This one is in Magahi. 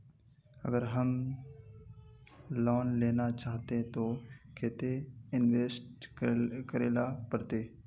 अगर हम लोन लेना चाहते तो केते इंवेस्ट करेला पड़ते?